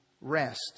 rest